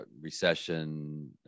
recession